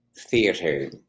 theater